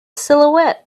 silhouette